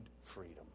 freedom